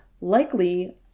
likely